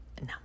No